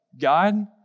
God